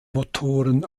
motoren